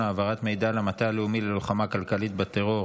(העברת מידע למטה הלאומי ללוחמה כלכלית בטרור),